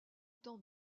temps